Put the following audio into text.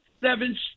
seven